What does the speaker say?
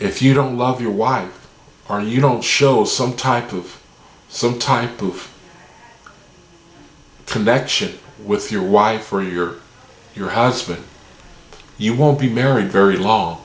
if you don't love your wife are you don't show some type of some type of connection with your wife or your your husband you won't be married very long